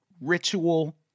ritual